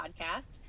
podcast